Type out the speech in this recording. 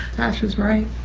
tasha's right